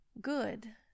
Good